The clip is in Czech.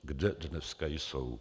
Kde dneska jsou?